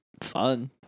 fun